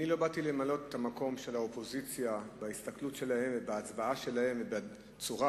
לא באתי למלא את המקום של האופוזיציה בהסתכלות שלהם ובהצבעה שלהם ובצורת